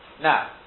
Now